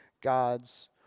God's